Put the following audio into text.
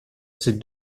ses